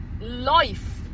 life